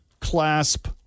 clasp